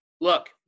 Look